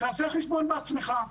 תעשה חשבון בעצמך.